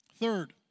Third